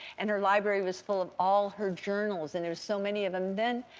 and her library was full of all her journals. and there's so many of them. then,